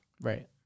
Right